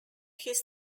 his